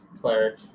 cleric